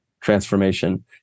transformation